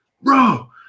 Bro